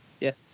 Yes